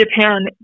Japan